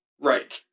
Right